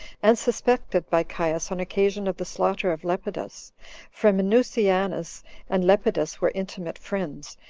and suspected by caius on occasion of the slaughter of lepidus for minucianus and lepidus were intimate friends,